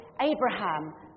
Abraham